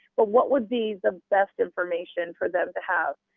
but what would be the best information for them to have?